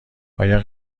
آیای